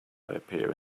appear